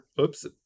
Oops